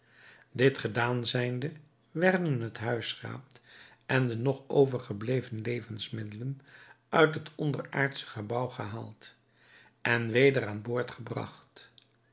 dit gedaan zijnde werden het huisraad en de nog overgebleven levensmiddelen uit het onderaardsche gebouw gehaald en weder aan boord gebragt